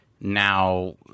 now